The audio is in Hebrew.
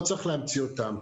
לא צריך להמציא אותם.